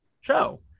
show